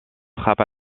frappe